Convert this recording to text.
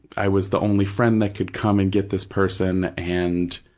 i was the only friend that could come and get this person, and